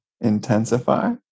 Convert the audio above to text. intensify